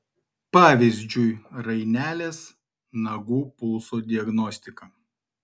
pavyzdžiui rainelės nagų pulso diagnostika